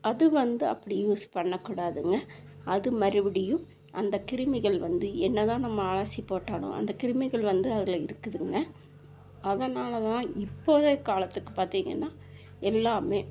அது வந்து அப்படி யூஸ் பண்ணக் கூடாதுங்க அது மறுபடியும் அந்த கிருமிகள் வந்து என்ன தான் நம்ம அலசிப் போட்டாலும் அந்த கிருமிகள் வந்து அதில் இருக்குதுங்க அதனால் தான் இப்போதைய காலத்துக்கு பார்த்திங்கன்னா எல்லாம்